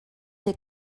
that